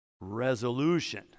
resolution